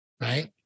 right